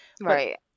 Right